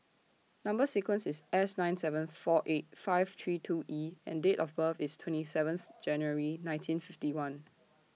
Number sequence IS S nine seven four eight five three two E and Date of birth IS twenty seventh January nineteen fifty one